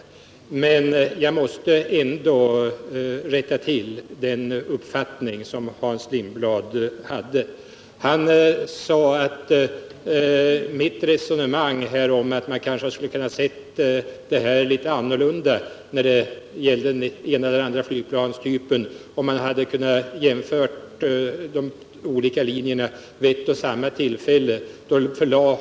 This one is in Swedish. Men jag måste ändå rätta till en sak i Hans Lindblads anförande. Han tog upp mitt resonemang om att beslutet om den ena eller andra flygplanstypen skulle ha kunnat bli ett annat, om man hade kunnat jämföra de olika alternativen vid ett och samma tillfälle.